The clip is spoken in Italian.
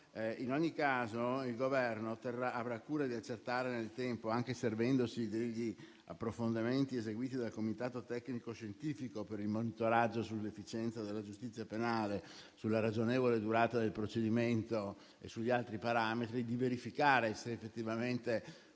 In ogni caso il Governo avrà cura di accertare nel tempo, anche servendosi degli approfondimenti eseguiti dal comitato tecnico scientifico per il monitoraggio sull'efficienza della giustizia penale, sulla ragionevole durata del procedimento e sugli altri parametri, e verificare se effettivamente